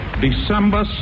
December